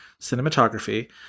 cinematography